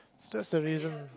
just the reason